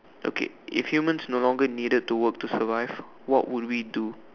okay if humans no longer need to work to survive what would we do